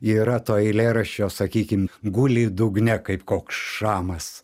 yra to eilėraščio sakykim guli dugne kaip koks šamas